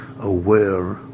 aware